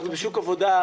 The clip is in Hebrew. אנחנו בשוק עבודה,